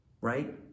right